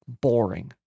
boring